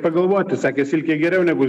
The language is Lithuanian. pagalvoti sakė silkė geriau negu